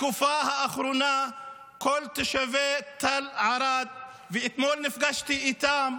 בתקופה האחרונה כל תושבי תל ערד ואתמול פגשתי אותם,